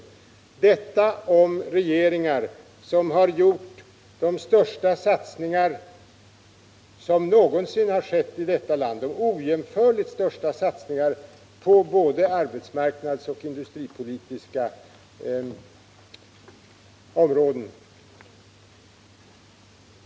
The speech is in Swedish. Detta sades om regeringar som har gjort de ojämförligt största satsningar som någonsin har gjorts i detta land på både arbetsmarknadsoch industripolitikens områden.